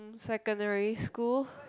secondary school